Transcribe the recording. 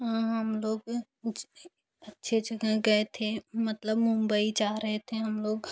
हाँ हम लोग अच्छे जगह गए थे मतलब मुम्बई जा रहे थे हम लोग